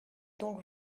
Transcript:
donc